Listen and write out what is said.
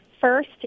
First